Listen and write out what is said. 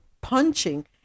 punching